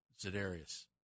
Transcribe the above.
Zedarius